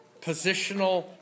positional